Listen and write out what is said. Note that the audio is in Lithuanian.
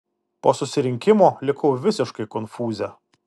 po susirinkimo likau visiškai konfūze